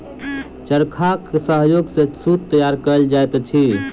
चरखाक सहयोग सॅ सूत तैयार कयल जाइत अछि